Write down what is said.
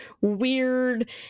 weird